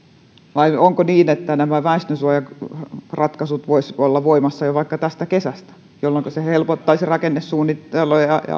vai onko niin että nämä väestönsuojaratkaisut voisivat olla voimassa jo vaikka tästä kesästä jolloinka se helpottaisi rakennesuunnittelun ja ja